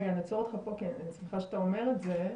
רגע, אני שמחה שאתה אומר את זה,